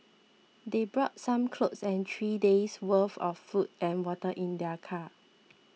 they brought some clothes and three days' worth of food and water in their car